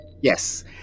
Yes